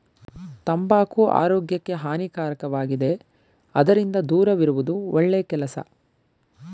ತಂಬಾಕು ಆರೋಗ್ಯಕ್ಕೆ ಹಾನಿಕಾರಕವಾಗಿದೆ ಅದರಿಂದ ದೂರವಿರುವುದು ಒಳ್ಳೆ ಕೆಲಸ